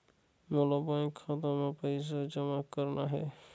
मोला बैंक खाता मां पइसा जमा करना हे?